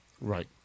Right